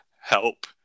Help